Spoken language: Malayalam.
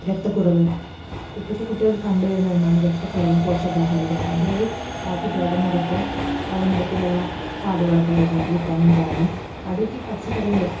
രക്തക്കുറവ് ഇപ്പോഴത്തെ കുട്ടികളിൽ കണ്ടുവരുന്ന ഒന്നാണ് രക്തക്കുറവും പോഷകാഹാരക്കുറവും അതുവഴി കുട്ടികളുടെ മുഖത്ത് വെള്ളനിറത്തിലുള്ള പാടുകളൊക്കെ വരുന്നത് വിറ്റാമിൻ കാരണം അതൊക്കെ ഈ പച്ചക്കറികൾ